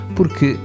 Porque